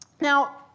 Now